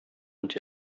und